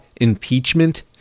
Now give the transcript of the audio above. impeachment